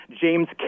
James